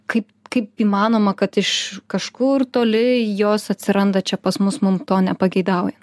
kaip kaip įmanoma kad iš kažkur toli jos atsiranda čia pas mus mum to nepageidauja